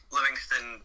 Livingston